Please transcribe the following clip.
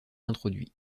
introduit